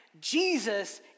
Jesus